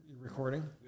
recording